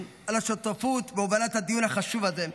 על השותפות בהובלת הדיון החשוב הזה.